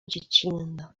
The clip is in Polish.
dziecinna